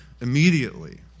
immediately